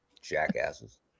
Jackasses